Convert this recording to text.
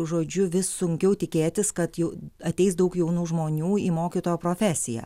žodžiu vis sunkiau tikėtis kad jau ateis daug jaunų žmonių į mokytojo profesiją